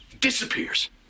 Disappears